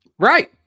Right